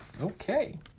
Okay